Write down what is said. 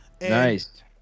Nice